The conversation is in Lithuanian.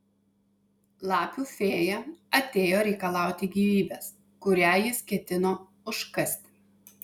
lapių fėja atėjo reikalauti gyvybės kurią jis ketino užkasti